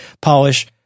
polish